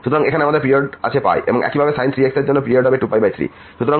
সুতরাং এখানে আমাদের পিরিয়ড আছে এবং একইভাবে sin 3x এর জন্য আমরা পিরিয়ড পাবো 2π3